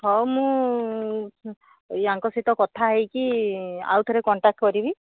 ହଉ ମୁଁ ୟାଙ୍କ ସହିତ କଥା ହୋଇକି ଆଉ ଥରେ କଣ୍ଟାକ୍ଟ୍ କରିବି